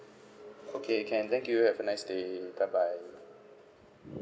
okay can thank you have a nice day bye bye